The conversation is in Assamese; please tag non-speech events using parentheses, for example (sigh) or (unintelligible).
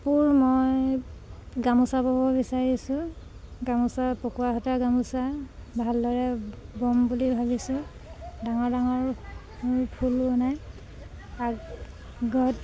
কাপোৰ মই গামোচা বব বিচাৰিছোঁ গামোচা পকোৱা সূতাৰ গামোচা ভালদৰে বম বুলি ভাবিছোঁ ডাঙৰ ডাঙৰ ফুল বনাই (unintelligible)